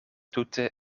tute